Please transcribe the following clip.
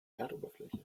erdoberfläche